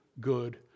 good